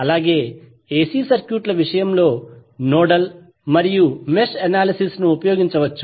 అలాగే ఎసి సర్క్యూట్ల విషయంలో నోడల్ మరియు మెష్ అనాలిసిస్ ను ఉపయోగించవచ్చు